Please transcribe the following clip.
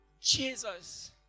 Jesus